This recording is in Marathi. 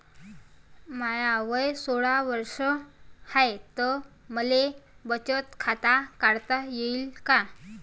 माय वय सोळा वर्ष हाय त मले बचत खात काढता येईन का?